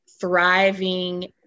thriving